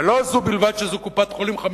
ולא זו בלבד שזאת קופת-חולים חמישית,